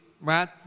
right